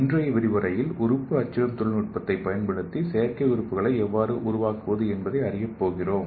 இன்றைய விரிவுரையில் உறுப்பு அச்சிடும் தொழில்நுட்பத்தைப் பயன்படுத்தி செயற்கை உறுப்புகளை எவ்வாறு உருவாக்குவது என்பதை அறியப் போகிறோம்